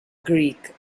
greek